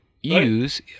use